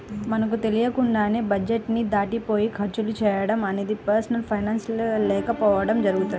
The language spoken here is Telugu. మనకు తెలియకుండానే బడ్జెట్ ని దాటిపోయి ఖర్చులు చేయడం అనేది పర్సనల్ ఫైనాన్స్ లేకపోవడం జరుగుతుంది